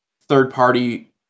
third-party